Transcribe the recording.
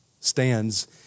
stands